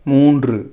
மூன்று